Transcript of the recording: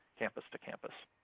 campus to campus.